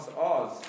Oz